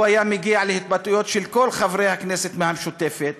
הוא היה מגיע להתבטאויות של כל חברי הכנסת מהמשותפת.